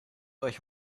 euch